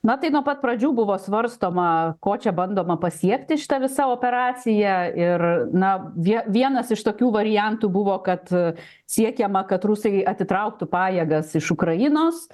na tai nuo pat pradžių buvo svarstoma ko čia bandoma pasiekti šita visa operacija ir na vie vienas iš tokių variantų buvo kad siekiama kad rusai atitrauktų pajėgas iš ukrainos